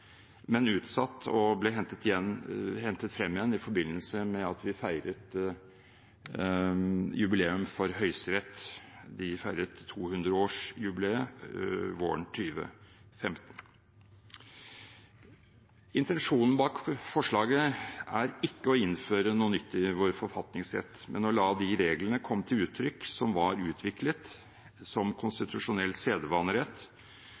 men ble utsatt og hentet frem igjen i forbindelse med at vi feiret jubileum for Høyesterett, vi feiret 200-årsjubileet våren 2015. Intensjonen bak forslaget er ikke å innføre noe nytt i vår forfatningsrett, men å la de reglene komme til uttrykk som var utviklet som